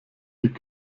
die